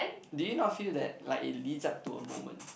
did you not feel that like it lease up to a moment